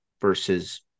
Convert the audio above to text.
versus